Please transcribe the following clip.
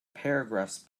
paragraphs